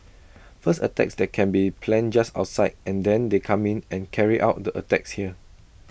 first attacks that can be planned just outside and then they come in and carry out the attacks here